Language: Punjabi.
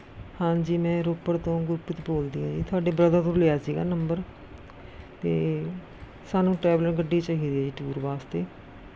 ਹਾਂਜੀ ਮੈਂ ਰੋਪੜ ਤੋਂ ਗੁਰਪ੍ਰੀਤ ਬੋਲਦੀ ਹਾਂ ਜੀ ਤੁਹਾਡੇ ਬ੍ਰਦਰ ਤੋਂ ਲਿਆ ਸੀ ਨੰਬਰ ਅਤੇ ਸਾਨੂੰ ਟ੍ਰੈਵਲਰ ਗੱਡੀ ਚਾਹੀਦੀ ਹੈ ਜੀ ਟੂਰ ਵਾਸਤੇ